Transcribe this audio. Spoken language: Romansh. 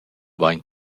vain